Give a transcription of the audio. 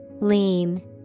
Lean